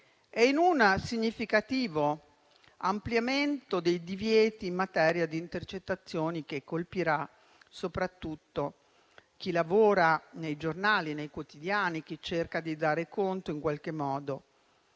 e in un significativo ampliamento dei divieti in materia di intercettazioni, che colpirà soprattutto chi lavora nei giornali e nei quotidiani, chi in qualche modo